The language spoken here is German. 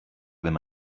wenn